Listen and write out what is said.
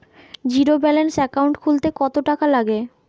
Zero balance account খুলতে কত টাকা লাগে?